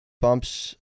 bumps